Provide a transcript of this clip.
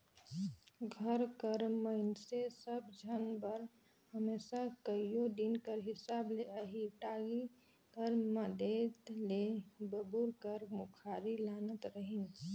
घर कर मइनसे सब झन बर हमेसा कइयो दिन कर हिसाब ले एही टागी कर मदेत ले बबूर कर मुखारी लानत रहिन